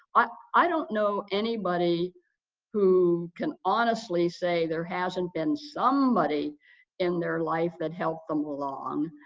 i don't know anybody who can honestly say there hasn't been somebody in their life that helped them along,